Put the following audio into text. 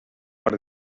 per